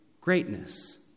greatness